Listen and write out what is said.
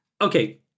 Okay